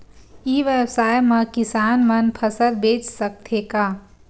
ई व्यवसाय म किसान मन फसल बेच सकथे का?